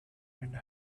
and